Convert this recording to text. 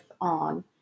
on